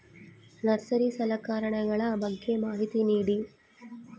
Nursery ಸಲಕರಣೆಗಳ ಬಗ್ಗೆ ಮಾಹಿತಿ ನೇಡಿ?